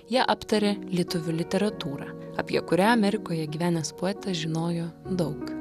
jie aptarė lietuvių literatūrą apie kurią amerikoje gyvenęs poetas žinojo daug